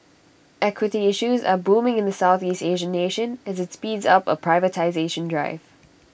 equity issues are booming in the Southeast Asian nation as IT speeds up A privatisation drive